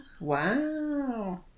Wow